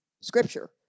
scripture